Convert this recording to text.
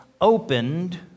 opened